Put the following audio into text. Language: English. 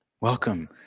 Welcome